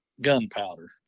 gunpowder